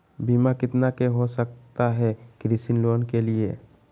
बीमा कितना के हो सकता है कृषि लोन के लिए?